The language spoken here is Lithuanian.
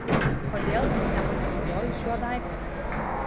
kodėl mums nepasinaudojus šiuo daiktu